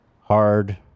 hard